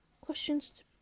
questions